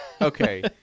Okay